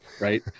right